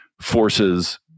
forces